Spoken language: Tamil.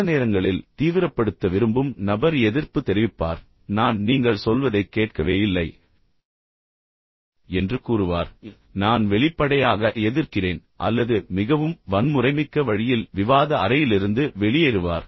சில நேரங்களில் தீவிரப்படுத்த விரும்பும் நபர் எதிர்ப்பு தெரிவிப்பார் நான் நீங்கள் சொல்வதை கேட்கவே இல்லை என்று கூறுவார் நான் வெளிப்படையாக எதிர்க்கிறேன் அல்லது மிகவும் வன்முறைமிக்க வழியில் விவாத அறையிலிருந்து வெளியேறுவார்